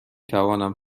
توانم